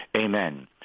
Amen